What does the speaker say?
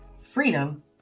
freedom